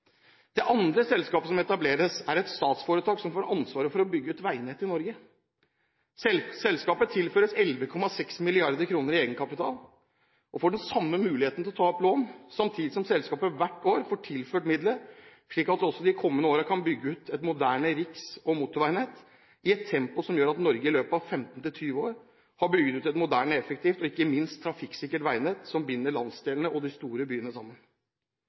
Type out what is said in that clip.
Det andre selskapet som etableres, er et statsforetak som får ansvaret for å bygge ut veinettet i Norge. Selskapet tilføres 11,6 mrd. kr i egenkapital og får den samme muligheten til å ta opp lån, samtidig som selskapet hvert år får tilført midler slik at de også de kommende årene kan bygge ut et moderne riks- og motorveinett i et tempo som gjør at Norge i løpet av 15–20 år har bygget ut et moderne, effektivt og ikke minst trafikksikkert veinett som binder landsdelene og de store byene sammen.